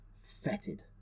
fetid